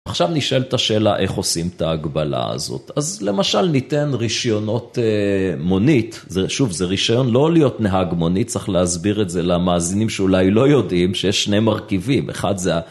עכשיו נשאל את השאלה, איך עושים את ההגבלה הזאת? אז למשל ניתן רישיונות מונית, שוב, זה רישיון לא להיות נהג מונית, צריך להסביר את זה למאזינים שאולי לא יודעים שיש שני מרכיבים, אחד זה...